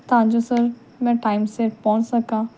ਤਾਂ ਜੋ ਸਰ ਮੈਂ ਟਾਈਮ ਸਿਰ ਪਹੁੰਚ ਸਕਾਂ